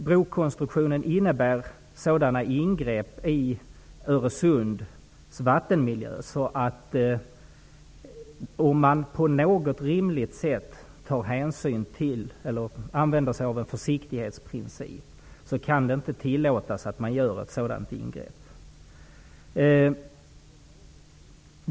Brokonstruktionen innebär sådana ingrepp i Öresunds vattenmiljö att ingreppen, om man arbetar efter en försiktighetsprincip, inte kan tillåtas.